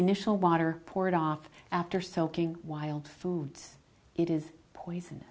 initial water poured off after soaking wild foods it is poison